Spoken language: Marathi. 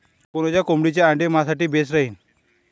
कोनच्या कोंबडीचं आंडे मायासाठी बेस राहीन?